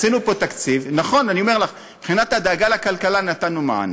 עשינו פה תקציב שמבחינת הדאגה לכלכלה נתנו מענה,